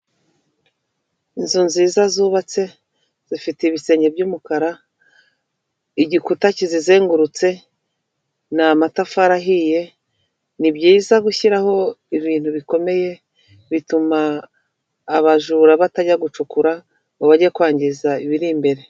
Inzu nziza zubatse zifite ibisenge by'umukara, igikuta kizizengurutse ni amatafari ahiye; ni byiza gushyiraho ibintu bikomeye bituma abajura batajya gucukura ngo bajye kwangiza ibiri imbere.